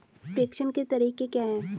प्रेषण के तरीके क्या हैं?